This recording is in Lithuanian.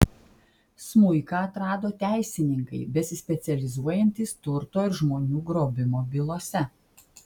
smuiką atrado teisininkai besispecializuojantys turto ir žmonių grobimo bylose